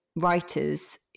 writers